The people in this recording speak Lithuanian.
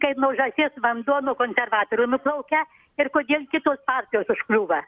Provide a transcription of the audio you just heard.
kaip nuo žąsies vanduo nuo konservatorių nuplaukia ir kodėl kitos partijos užkliūva